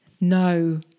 no